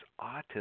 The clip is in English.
autism